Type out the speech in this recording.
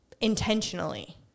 intentionally